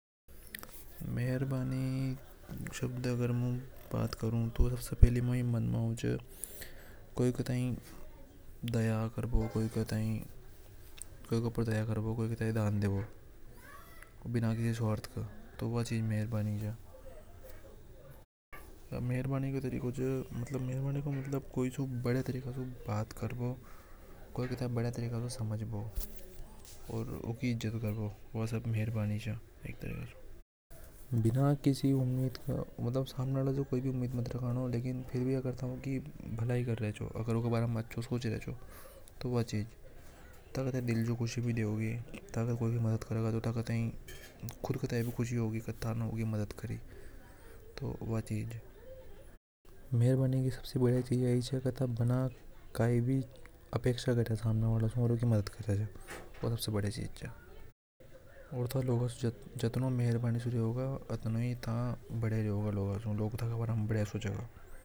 मेहरबानी शब्द ए मै याद आवे की के ऊपर दया कारणों। बिना किसी स्वार्थ के तो व चीज मेहरबानी च मेहरबानी को मतलब कोई से बढ़िया तरीका सु बात कारनूकोई को बढ़िया तरीका सु समझो और यूकी इज्जत करने। बिना किसी उमस के किसी के बारे अच्छा सोच बो। यूकी ढलाई कर बो तो व चीज थाई खुशी देवेगी। थाई कूद भी खुशी मिलेगी कि थाने यूकी मदद की। दुनिया की सबसे बढ़िया चीज या ही हे कि था बिना किसी अपेक्षा के सामने वाला ख मदद कर रिया च ओर। था लोग सु जाती मेहरबानी से रेवेगा वो उतनी ही बढ़िया होगा।